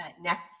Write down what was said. next